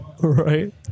Right